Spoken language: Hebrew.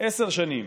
עשר שנים